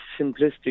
simplistic